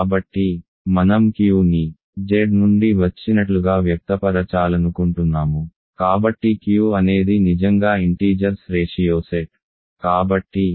కాబట్టి మనం Qని Z నుండి వచ్చినట్లుగా వ్యక్తపరచాలనుకుంటున్నాము కాబట్టి Q అనేది నిజంగా ఇంటీజర్స్ రేషియో సెట్